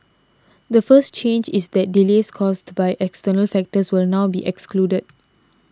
the first change is that delays caused by external factors will now be excluded